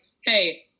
hey